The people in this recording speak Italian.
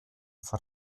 far